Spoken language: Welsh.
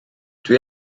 dwi